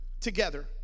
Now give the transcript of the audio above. together